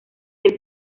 del